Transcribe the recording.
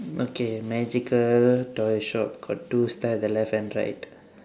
okay magical toy shop got two star at the left and right